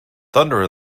thunder